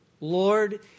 Lord